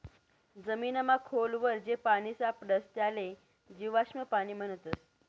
जमीनमा खोल वर जे पानी सापडस त्याले जीवाश्म पाणी म्हणतस